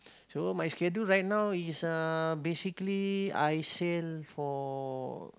so my schedule right now is uh basically I sail for